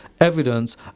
evidence